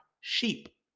Sheep